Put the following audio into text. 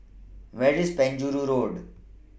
Where IS Penjuru Road